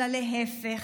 אלא להפך.